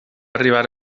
arribar